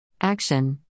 Action